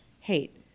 Hate